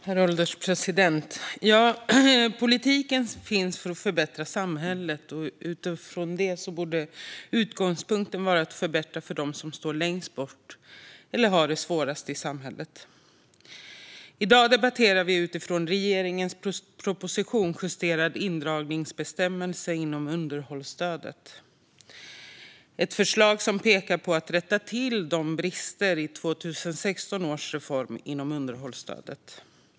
Herr ålderspresident! Politiken finns för att förbättra samhället, och utifrån det borde utgångspunkten vara att förbättra för dem som står längst bort eller har det svårast i samhället. I dag debatterar vi ett betänkande som har sin utgångspunkt i regeringens proposition Justerad indragningsbe stämmelse inom underhållsstödet . Det är ett förslag som pekar på att rätta till de brister som finns i 2016 års reform inom underhållstödet.